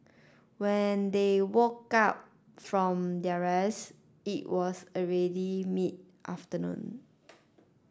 when they woke up from their rest it was already mid afternoon